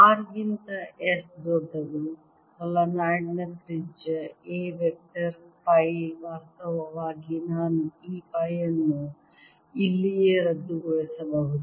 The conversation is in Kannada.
R ಗಿಂತ S ದೊಡ್ಡದು ಸೊಲೆನಾಯ್ಡ್ ನ ತ್ರಿಜ್ಯ A ವೆಕ್ಟರ್ ಪೈ ವಾಸ್ತವವಾಗಿ ನಾನು ಈ ಪೈ ಅನ್ನು ಇಲ್ಲಿಯೇ ರದ್ದುಗೊಳಿಸಬಹುದು